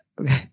Okay